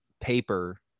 paper